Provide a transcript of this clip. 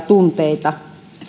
tunteita